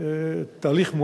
תהליך מואץ?